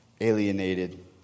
alienated